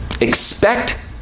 Expect